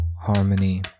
harmony